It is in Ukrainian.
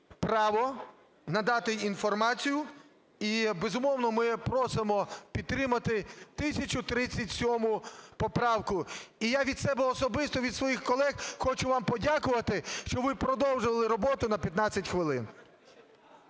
право надати інформацію. І, безумовно, ми просимо підтримати 1037 поправку. І я від себе особисто і від своїх колег хочу вам подякувати, що ви продовжили роботу на 15 хвилин.